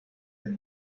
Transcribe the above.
del